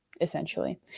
essentially